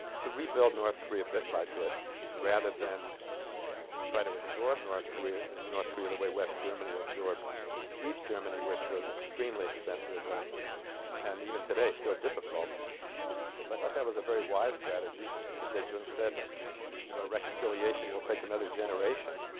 to rebuild north korea bit by bit rather than try to absorb north korea north korea the way west germany absorbed east germany which was extremely expensive and and even today still difficult so i thought that was a very wise strategy kim dae-jung said a you know reconciliation will take another generation